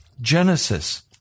Genesis